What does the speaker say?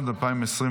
פינדרוס,